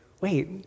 wait